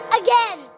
again